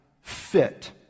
fit